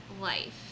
life